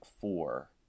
four